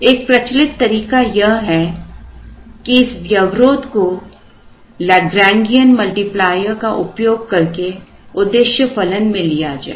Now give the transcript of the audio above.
एक प्रचलित तरीका यह है कि इस व्यवरोध को लाग्रंगियन मल्टीप्लाईर का उपयोग कर के उद्देश्य फलन में लिया जाए